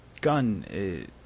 Gun –